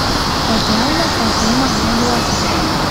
kodėl nekaltai mane juodinai